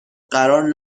قرار